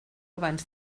abans